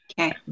Okay